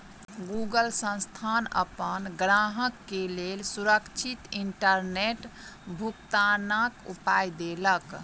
Google संस्थान अपन ग्राहक के लेल सुरक्षित इंटरनेट भुगतनाक उपाय देलक